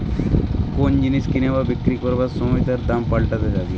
কোন জিনিস কিনা বা বিক্রি করবার সময় তার দাম পাল্টাতে থাকে